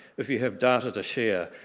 if you have data share,